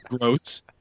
gross